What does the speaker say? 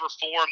form